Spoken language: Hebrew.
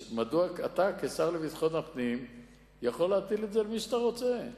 אתה כשר לביטחון הפנים יכול להטיל את זה על מי שאתה רוצה.